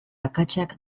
akatsak